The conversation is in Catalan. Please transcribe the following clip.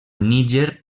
níger